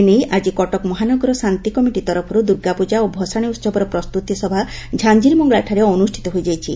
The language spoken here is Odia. ଏନେଇ ଆଜି କଟକ ମହାନଗର ଶାନ୍ତି କମିଟି ତରଫର୍ ଦୁର୍ଗାପ୍ଟକା ଓ ଭସାଶି ଉହବର ପ୍ରସ୍ତୁତି ସଭା ଝାଞିରୀମଙ୍ଗଳାଠାରେ ଅନୁଷ୍ତିତ ହୋଇଯାଇଛି